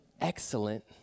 excellent